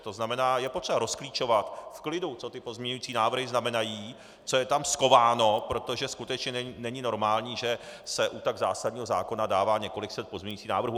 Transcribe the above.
To znamená, je potřeba rozklíčovat v klidu, co ty pozměňující návrhy znamenají, co je tam schováno, protože skutečně není normální, že se u tak zásadního zákona dává několik set pozměňujících návrhů.